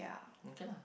okay lah